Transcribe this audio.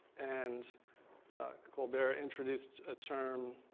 and colbert introduced a term,